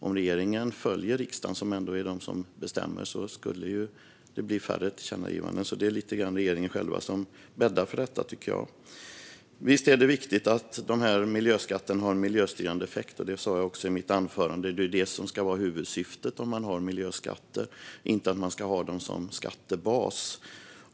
Om regeringen följer riksdagen, som ändå bestämmer, skulle det bli färre tillkännagivanden. Det är regeringen själv som bäddar för detta, tycker jag. Visst är det viktigt att miljöskatter har en miljöstyrande effekt. Det sa jag också i mitt anförande. Det är detta som ska vara huvudsyftet med miljöskatter, inte att man ska ha dem som skattebas.